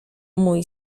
mój